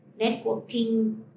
networking